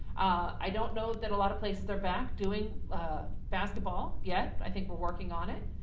i don't know that a lot of places they're back doing basketball yet. i think we're working on it.